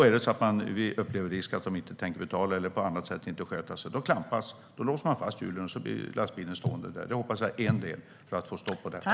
Är det så att man upplever en risk att någon inte tänker betala eller på annat sätt inte sköta sig klampas hjulen. Man låser fast hjulen, och så blir lastbilen stående där. Det hoppas jag är en del i att få stopp på detta.